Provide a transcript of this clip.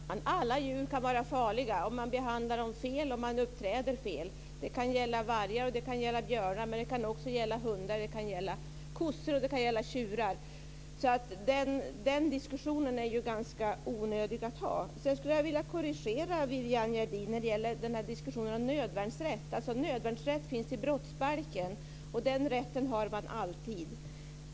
Fru talman! Alla djur kan bli farliga om man behandlar dem fel och uppträder fel. Det kan gälla vargar och björnar, men det kan också gälla hundar, kor och tjurar. Den diskussionen är ganska onödig att gå in på. Jag skulle vilja korrigera Viviann Gerdin när det gäller diskussionen om nödvärnsrätt. Stadgandena om nödvärnsrätten finns i brottsbalken, och den rätten har man alltid.